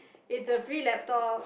it's a free laptop